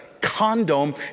condom